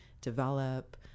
develop